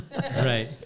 Right